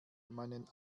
meinen